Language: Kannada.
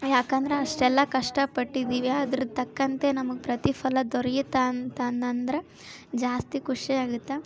ಯಾಕಂದ್ರೆ ಅಷ್ಟೆಲ್ಲ ಕಷ್ಟಪಟ್ಟಿದೀವಿ ಅದ್ರ ತಕ್ಕಂತೆ ನಮ್ಗೆ ಪ್ರತಿಫಲ ದೊರೆಯುತ್ತೆ ಅಂತಂನಂದ್ರೆ ಜಾಸ್ತಿ ಖುಷಿಯಾಗುತ್ತೆ